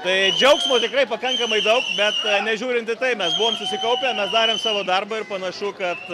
tai džiaugsmo tikrai pakankamai daug bet nežiūrint į tai mes buvom susikaupę mes darėm savo darbą ir panašu kad